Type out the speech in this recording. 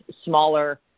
smaller